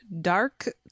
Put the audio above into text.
Dark